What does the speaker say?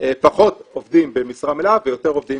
פחות עובדים במשרה מלאה ויותר עובדים